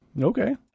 Okay